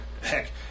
heck